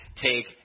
take